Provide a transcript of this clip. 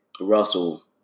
Russell